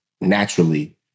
naturally